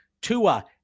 Tua